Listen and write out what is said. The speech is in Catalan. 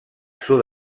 sud